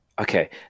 Okay